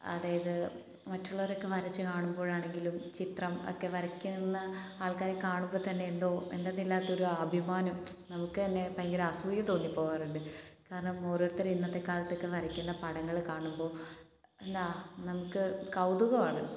അതായത് മറ്റുള്ളവരൊക്കെ വരച്ച് കാണുമ്പോഴാണെങ്കിലും ചിത്രം ഒക്കെ വരയ്ക്കുന്ന ആൾക്കാരെ കാണുമ്പോൾ തന്നെ എന്തോ എന്തെന്നില്ലാത്തൊരു അഭിമാനം നമുക്ക് തന്നെ ഭയങ്കര അസൂയ തോന്നി പോകാറുണ്ട് കാരണം ഓരോരുത്തരും ഇന്നത്തെ കാലത്തൊക്കെ വരയ്ക്കുന്ന പടങ്ങൾ കാണുമ്പോൾ എന്താ നമുക്ക് കൗതുകവാണ്